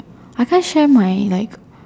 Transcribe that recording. I can't share my like